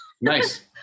nice